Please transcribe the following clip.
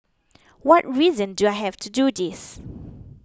what reason do I have to do this